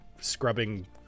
scrubbing